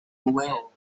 well